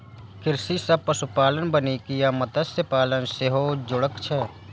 कृषि सं पशुपालन, वानिकी आ मत्स्यपालन सेहो जुड़ल छै